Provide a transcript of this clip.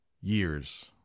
years